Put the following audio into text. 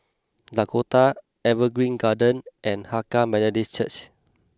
Dakota Evergreen Gardens and Hakka Methodist Church